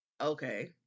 Okay